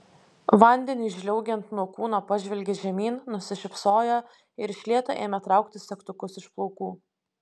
vandeniui žliaugiant nuo kūno pažvelgė žemyn nusišypsojo ir iš lėto ėmė traukti segtukus iš plaukų